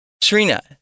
Trina